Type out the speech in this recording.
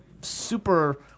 super